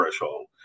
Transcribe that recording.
threshold